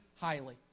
highly